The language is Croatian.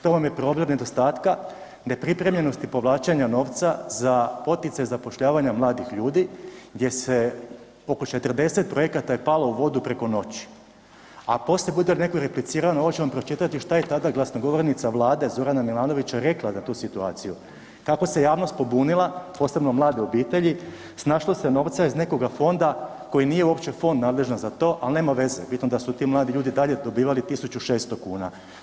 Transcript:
To vam je problem nedostatka nepripremljenosti povlačenja novca za poticaj zapošljavanja mladih ljudi gdje se oko 40 projekata je palo u vodu preko noći a poslije bude neko replicirao a onda ću vam pročitati šta je tada glasnogovornica Vlade Zorana Milanovića rekla za tu situaciju, kako se javnost pobunila, posebno mlade obitelji, snašlo se novca iz nekog fondova koji nije uopće fond nadležan za to ali nema veze, bitno da su ti mladi ljudi i dalje dobivali 1600 kuna.